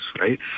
right